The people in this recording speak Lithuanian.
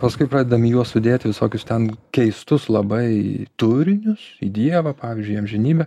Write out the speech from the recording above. paskui pradedam į juos sudėti visokius ten keistus labai turinius į dievą pavyzdžiui į amžinybę